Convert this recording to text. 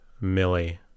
Millie